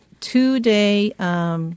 two-day